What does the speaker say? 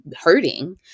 hurting